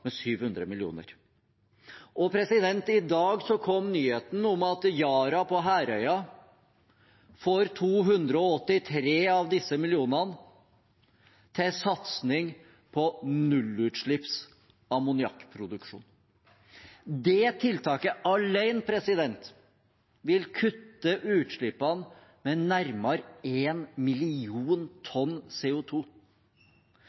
med 700 mill. kr. I dag kom nyheten om at Yara på Herøya får 283 av disse millionene til satsing på nullutslippsammoniakkproduksjon. Det tiltaket alene vil kutte utslippene med nærmere én million